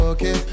Okay